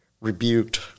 rebuked